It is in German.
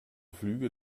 flüge